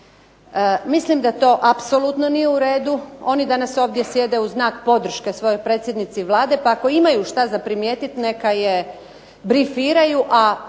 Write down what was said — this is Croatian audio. Mislim da to apsolutno nije u redu. Oni danas ovdje sjede u znak podrške svojoj predsjednici Vlade, pa ako imaju šta za primijetiti neka je brifiraju,